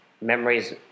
memories